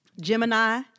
Gemini